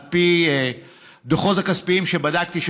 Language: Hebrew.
על פי הדוחות הכספיים שבדקתי,